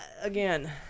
Again